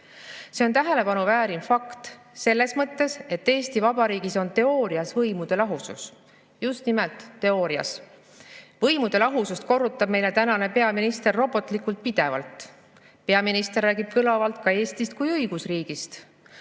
See on tähelepanu vääriv fakt selles mõttes, et Eesti Vabariigis on teoorias võimude lahusus – just nimelt teoorias. Võimude lahusust korrutab meile praegune peaminister robotlikult ja pidevalt. Peaminister räägib kõlavalt ka Eestist kui õigusriigist,